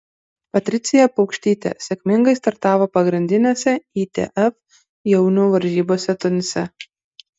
patricija paukštytė sėkmingai startavo pagrindinėse itf jaunių varžybose tunise